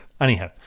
Anyhow